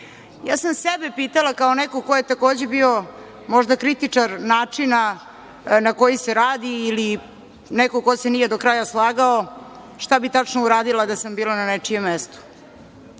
sam sebe pitala, kao neko ko je takođe bio možda kritičar načina na koji se radi, ili neko ko se nije do kraja slagao, šta bih tačno uradila da sam bila na nečijem mestu?